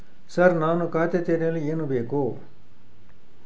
Sir ನಾನು ಖಾತೆ ತೆರೆಯಲು ಏನು ಬೇಕು?